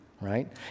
right